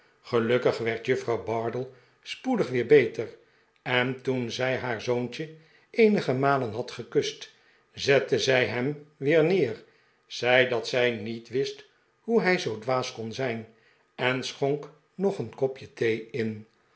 gelukkig werd juffrouw bardell spoedig weer beterj en toen zij haar zoontje eenige malen had gekust ze tte zij hem weer neer zei dat zij niet wist hoe zij zoo dwaas kon zijn en schonk nog een kopje thee in